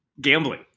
Gambling